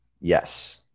yes